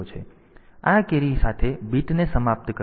તેથી આ આવું છે આ કેરી સાથે બીટને સમાપ્ત કરશે